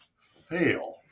fail